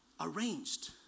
arranged